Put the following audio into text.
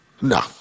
No